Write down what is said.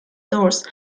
doors